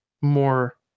more